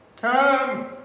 Come